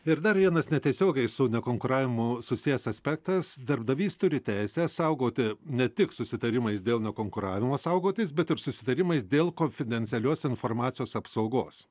ir dar vienas netiesiogiai su nekonkuravimu susijęs aspektas darbdavys turi teisę saugoti ne tik susitarimais dėl nekonkuravimo saugotis bet ir susitarimais dėl konfidencialios informacijos apsaugos